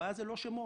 הבעיה היא לא שמות.